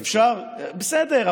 בסדר,